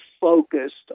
focused